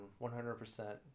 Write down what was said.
100%